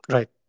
Right